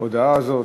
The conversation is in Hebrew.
בהודעה הזאת.